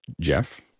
Jeff